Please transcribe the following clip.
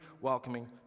welcoming